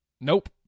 Nope